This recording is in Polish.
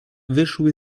wyszły